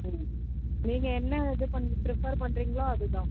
ம் நீங்கள் என்ன இது பண்ணி ப்ரிஃபேர் பண்ணுறீங்களோ அதுதான்